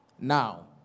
now